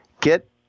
get